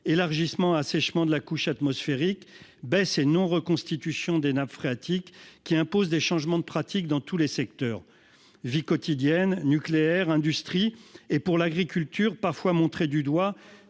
élargissement et assèchement de la couche atmosphérique, baisse et non-reconstitution des nappes phréatiques -qui impose des changements de pratiques dans tous les secteurs : vie quotidienne, nucléaire, industrie, agriculture. Si cette dernière